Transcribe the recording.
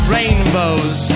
Rainbows